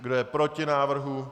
Kdo je proti návrhu?